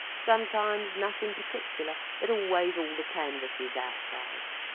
sometimes nothin particular, but always all the canvasses outside.